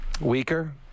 weaker